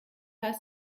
pas